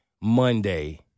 Monday